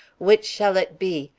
which shall it be?